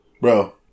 Bro